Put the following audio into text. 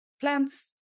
plants